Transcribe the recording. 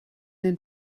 den